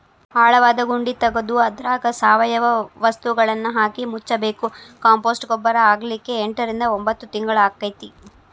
ಆಳವಾದ ಗುಂಡಿ ತಗದು ಅದ್ರಾಗ ಸಾವಯವ ವಸ್ತುಗಳನ್ನಹಾಕಿ ಮುಚ್ಚಬೇಕು, ಕಾಂಪೋಸ್ಟ್ ಗೊಬ್ಬರ ಆಗ್ಲಿಕ್ಕೆ ಎಂಟರಿಂದ ಒಂಭತ್ ತಿಂಗಳಾಕ್ಕೆತಿ